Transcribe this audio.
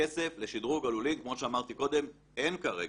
כסף לשדרוג הלולים, כמו שאמרתי קודם, אין כרגע.